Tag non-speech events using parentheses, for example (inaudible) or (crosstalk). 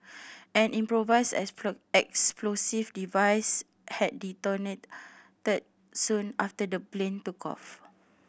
an improvised (unintelligible) explosive device had detonated soon after the plane took off